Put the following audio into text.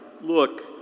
look